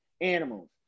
animals